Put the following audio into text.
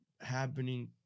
happening